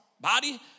Body